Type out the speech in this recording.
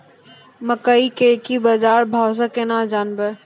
मकई के की बाजार भाव से केना जानवे?